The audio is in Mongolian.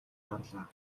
харлаа